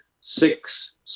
six